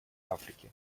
африки